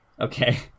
Okay